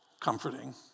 comforting